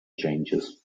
changes